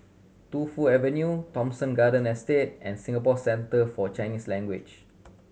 Tu Fu Avenue Thomson Garden Estate and Singapore Centre For Chinese Language